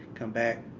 come back,